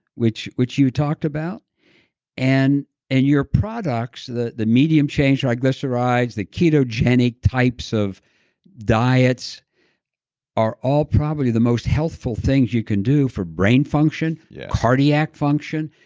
which which you talked about and and your products that the medium change triglycerides, the ketogenic types of diets are all probably the most healthful things you can do for brain function, yeah cardiac function,